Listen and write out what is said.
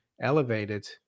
elevated